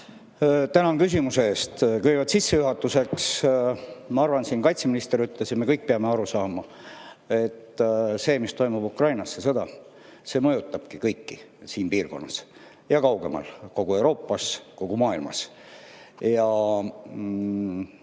Tänan küsimuse eest! Sissejuhatuseks, ma arvan, nagu kaitseminister ütles ja millest me kõik peame aru saama, et see, mis toimub Ukrainas, see sõda mõjutabki kõiki siin piirkonnas ja kaugemal, kogu Euroopas, kogu maailmas. Eesti